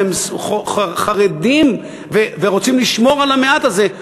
והם חרדים ורוצים לשמור על המעט הזה,